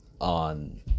On